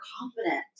confident